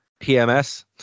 PMS